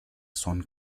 son